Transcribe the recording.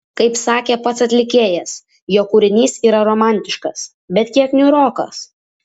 kaip sakė pats atlikėjas jo kūrinys yra romantiškas bet kiek niūrokas